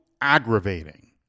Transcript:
aggravating